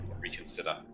reconsider